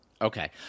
Okay